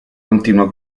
continua